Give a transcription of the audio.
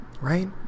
Right